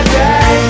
day